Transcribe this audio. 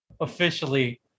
officially